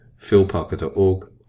philparker.org